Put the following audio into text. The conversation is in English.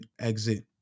exit